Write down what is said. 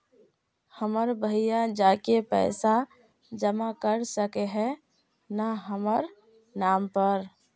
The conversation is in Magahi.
हमर भैया जाके पैसा जमा कर सके है न हमर नाम पर?